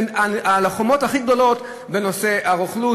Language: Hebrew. הן הלוחמות הכי גדולות בנושא הרוכלות